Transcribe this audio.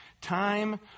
time